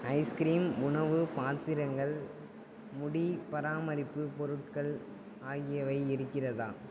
ice cream உணவுப் பாத்திரங்கள் முடி பராமரிப்பு பொருட்கள் ஆகியவை இருக்கிறதா